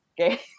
Okay